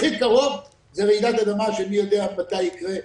הכי קרוב זה רעידת אדמה שמי יודע מתי יקרה,